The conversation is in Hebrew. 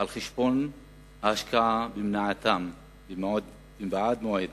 על חשבון ההשקעה במניעתן בעוד מועד.